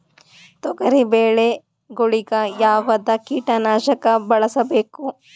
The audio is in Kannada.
ತೊಗರಿಬೇಳೆ ಗೊಳಿಗ ಯಾವದ ಕೀಟನಾಶಕ ಬಳಸಬೇಕು?